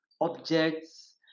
objects